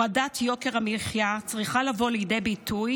הורדת יוקר המחיה צריכה לבוא לידי ביטוי